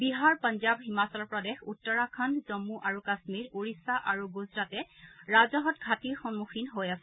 বিহাৰ পঞ্জাব হিমাচল প্ৰদেশ উত্তৰাখণ্ড জম্মু আৰু কাম্মীৰ ওড়িশা আৰু গুজৰাটে ৰাজহত ঘাটিৰ সমুখীন হৈ আছে